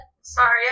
Sorry